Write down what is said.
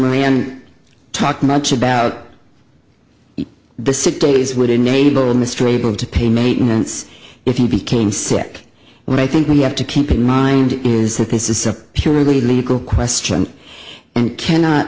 moran talked much about the sick days would enable mr able to pay maintenance if you became sick when i think we have to keep in mind is that this is a purely legal question and cannot